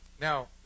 Now